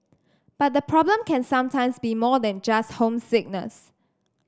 but the problem can sometimes be more than just homesickness